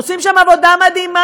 עושים שם עבודה מדהימה,